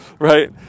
Right